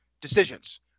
decisions